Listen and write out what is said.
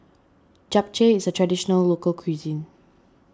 Japchae is a Traditional Local Cuisine